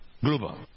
Global